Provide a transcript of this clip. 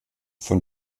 von